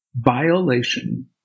violation